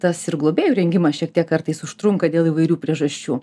tas ir globėjų rengimas šiek tiek kartais užtrunka dėl įvairių priežasčių